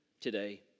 today